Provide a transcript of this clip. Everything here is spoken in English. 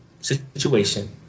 situation